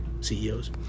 CEOs